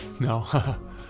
No